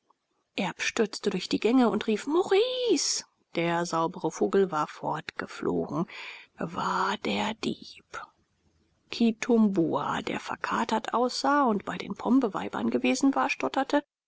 erb stürzte durch die gänge und rief maurice der saubere vogel war fortgeflogen war der dieb kitumbua der verkatert aussah und bei den pombeweibern gewesen war stotterte